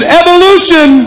evolution